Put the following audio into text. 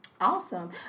Awesome